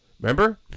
Remember